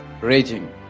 raging